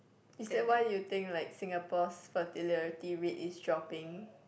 is that why you think like Singapore's fertility rate is dropping